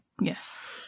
Yes